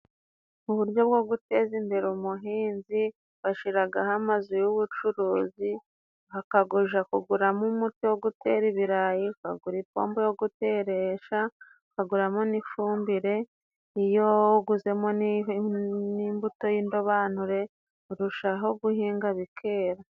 Uburyo bwo guteza imbere umuhinzi bashiragaho amazu y'ubucuruzi akaja kuguramo umuti wo gutera ibirayi, ukagura ipombo yo guteresha ukaguramo n'ifumbire ,iyo uguzemo n'imbuto y'indobanure urushaho guhinga bikera.